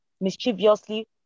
mischievously